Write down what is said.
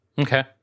Okay